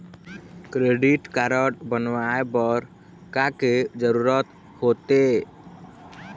Credit card बनवाए बर का के जरूरत होते?